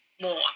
more